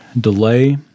delay